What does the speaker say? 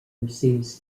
receives